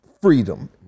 freedom